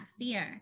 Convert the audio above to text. fear